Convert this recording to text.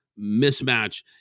mismatch